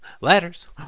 Letters